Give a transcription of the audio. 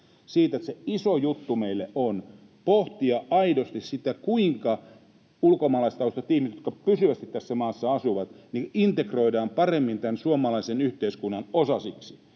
siitä, että se iso juttu meille on pohtia aidosti, kuinka ulkomaalaistaustaiset ihmiset, jotka pysyvästi tässä maassa asuvat, integroidaan paremmin tämän suomalaisen yhteiskunnan osasiksi